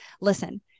listen